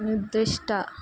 నిర్దిష్ట